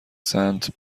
سنت